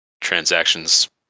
transactions